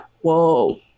Whoa